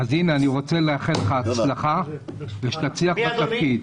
אז הינה, אני רוצה לאחל לך הצלחה ושתצליח בתפקיד.